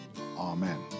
Amen